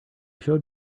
showed